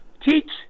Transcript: Teach